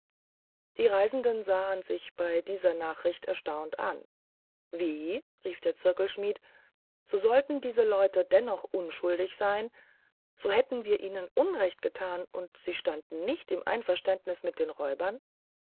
die reisenden sahen sich bei dieser nachricht erstaunt an wie rief der zirkelschmidt so sollten diese leute dennoch unschuldig sein so hätten wir ihnen unrecht getan und sie standen nicht in einverständnis mit den räubern